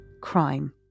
crime